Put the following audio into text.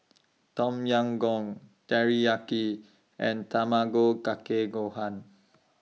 Tom Yam Goong Teriyaki and Tamago Kake Gohan